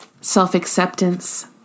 self-acceptance